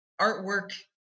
artwork